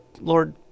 Lord